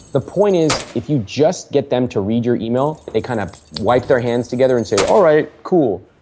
the point is, if you just get them to read your email, they kind of wipe their hands together and say alright cool.